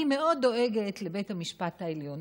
היא מאוד דואגת לבית המשפט העליון,